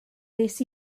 wnes